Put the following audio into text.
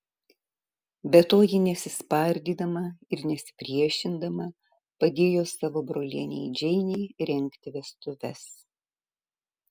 be to ji nesispardydama ir nesipriešindama padėjo savo brolienei džeinei rengti vestuves